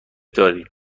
داریم